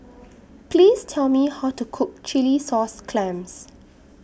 Please Tell Me How to Cook Chilli Sauce Clams